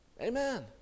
Amen